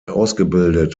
ausgebildet